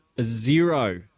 zero